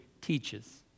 teaches